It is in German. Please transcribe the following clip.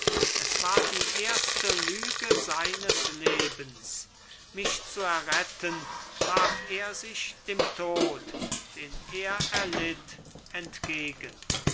es war die erste lüge seines lebens mich zu erretten warf er sich dem tod den er erlitt entgegen